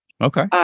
Okay